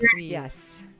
Yes